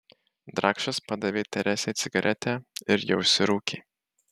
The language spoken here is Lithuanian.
drakšas padavė teresei cigaretę ir ji užsirūkė